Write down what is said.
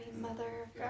Mother